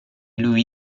lui